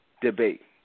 debate